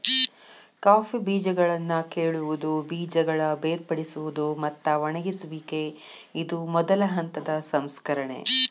coffee ಹಣ್ಣುಗಳನ್ನಾ ಕೇಳುವುದು, ಬೇಜಗಳ ಬೇರ್ಪಡಿಸುವುದು, ಮತ್ತ ಒಣಗಿಸುವಿಕೆ ಇದು ಮೊದಲ ಹಂತದ ಸಂಸ್ಕರಣೆ